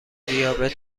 دیابت